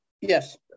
Yes